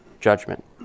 judgment